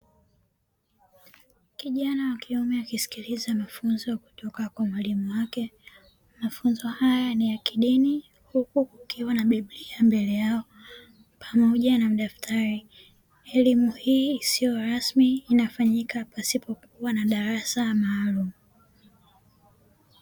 Kijana wa kiume akisikiliza mafunzo kutoka kwa mwalimu wake. Mafunzo haya ni ya kidini, huku kukiwa na biblia mbele yao, pamoja na madaftari, elimu hii isiyo rasmi inafanyika pasipokuwa na darasa maalumu.